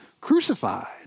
crucified